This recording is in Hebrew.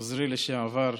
עוזרי לשעבר,